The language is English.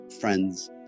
friends